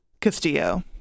castillo